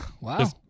Wow